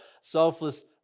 Selfless